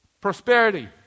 Prosperity